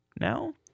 now